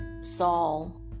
Saul